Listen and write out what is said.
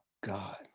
God